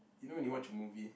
you know when you watch a movie